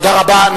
תודה רבה.